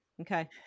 Okay